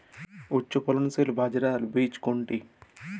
উচ্চফলনশীল বাজরার বীজ কোনটি?